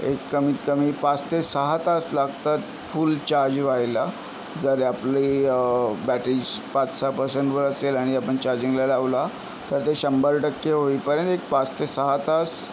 एक कमीतकमी पाच ते सहा तास लागतात फुल चार्ज व्हायला जर आपली बॅटरी पाच सहा पर्सेंटवर असेल आणि आपण चार्जिंगला लावला तर ते शंभर टक्के होईपर्यंत एक पाच ते सहा तास